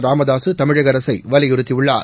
ராமதாசு தமிழக அரசை வலியுறுத்தியுள்ளார்